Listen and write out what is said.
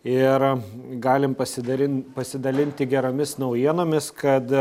ir galim pasidalin pasidalinti geromis naujienomis kad